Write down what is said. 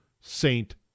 Saint